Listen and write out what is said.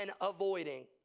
avoiding